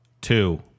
two